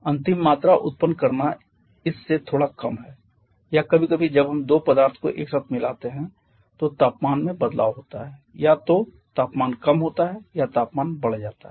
अंतिम मात्रा उत्पन्न करना इस से थोड़ा कम है या कभी कभी जब हम दो पदार्थों को एक साथ मिलाते हैं तो तापमान में बदलाव होता है या तो तापमान कम हो जाता है या तापमान बढ़ जाता है